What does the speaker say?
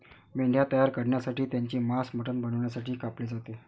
मेंढ्या तयार करण्यासाठी त्यांचे मांस मटण बनवण्यासाठी कापले जाते